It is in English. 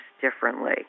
differently